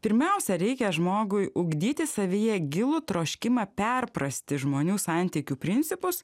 pirmiausia reikia žmogui ugdyti savyje gilų troškimą perprasti žmonių santykių principus